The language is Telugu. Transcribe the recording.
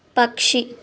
పక్షి